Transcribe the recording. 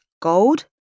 gold